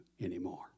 anymore